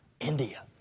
India